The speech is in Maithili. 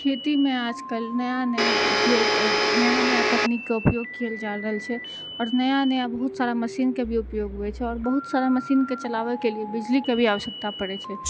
खेतीमे आजकल नया नया उपयोग नया नया तकनीक के उपयोग कयल जा रहल छै और नया नया बहुत सारा मशीनके भी उपयोग होइ छै और बहुत सारा मशीनके चलाबयके लिए बिजलीके भी आवश्यकता पड़ै छै